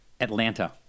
Atlanta